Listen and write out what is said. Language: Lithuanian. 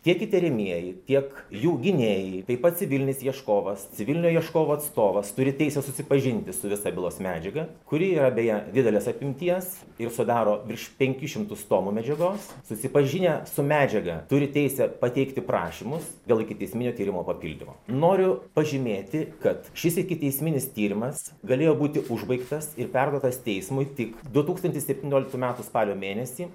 tiek įtariamieji tiek jų gynėjai taip pat civilinis ieškovas civilinio ieškovo atstovas turi teisę susipažinti su visa bylos medžiaga kuri yra beje didelės apimties ir sudaro virš penkis šimtus tomų medžiagos susipažinę su medžiaga turi teisę pateikti prašymus dėl ikiteisminio tyrimo papildymo noriu pažymėti kad šis ikiteisminis tyrimas galėjo būti užbaigtas ir perduotas teismui tik du tūkstantis septynioliktų metų spalio mėnesį